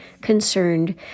concerned